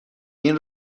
این